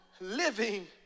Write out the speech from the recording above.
living